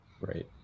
Right